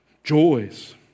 joys